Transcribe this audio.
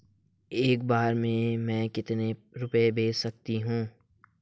एक बार में मैं कितने रुपये भेज सकती हूँ?